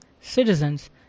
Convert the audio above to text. citizens